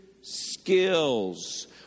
skills